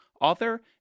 author